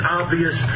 obvious